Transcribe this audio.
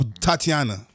Tatiana